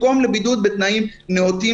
במקום בידוד בתנאים נאותים